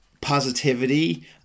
positivity